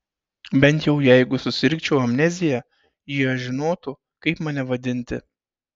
bent jau jeigu susirgčiau amnezija jie žinotų kaip mane vadinti